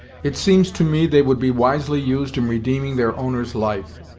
it seems to me they would be wisely used in redeeming their owner's life,